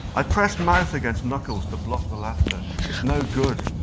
i press mouth against knuckles to block the laughter, it's no good,